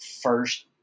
first